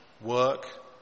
work